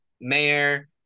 mayor